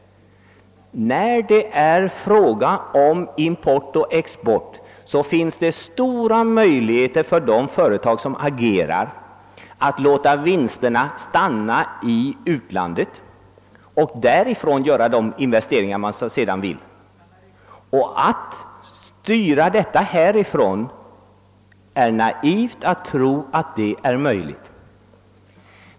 När det är fråga om import och export finns det stora möjligheter för de företag som agerar att låta vinsterna stanna i ut: landet och därifrån göra de investeringar de vill göra. Det är naivt att tro att det är möjligt för oss att härifrån vårt land styra detta.